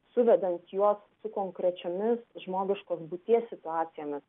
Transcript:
suvedant juos su konkrečiomis žmogiškos būties situacijomis